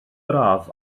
braf